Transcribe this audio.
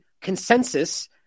consensus